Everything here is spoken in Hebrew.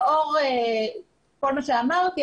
לאור כל מה שאמרתי,